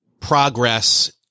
progress